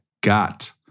got